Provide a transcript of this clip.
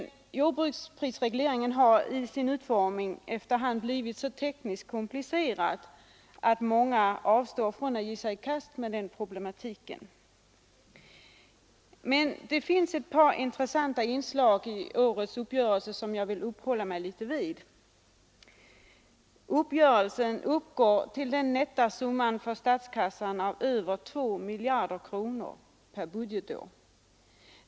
Jordbruksprisregleringen har emellertid efter hand blivit så tekniskt komplicerad i sin utformning att många avstår från att ge sig i kast med problematiken. Men det finns ett par intressanta inslag i årets uppgörelse som jag vill uppehålla mig litet vid. Uppgörelsen uppgår för statskassan till den nätta summan av över 2 miljarder kronor per budgetår.